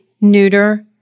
neuter